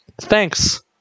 thanks